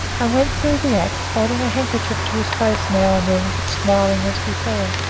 and went through the act, holding a handkerchief to his face now and then, but smiling as before.